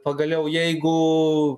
pagaliau jeigu